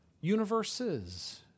universes